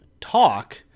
talk